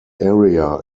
area